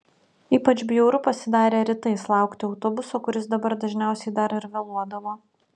ypač bjauru pasidarė rytais laukti autobuso kuris dabar dažniausiai dar ir vėluodavo